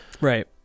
Right